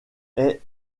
est